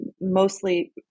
mostly